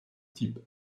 type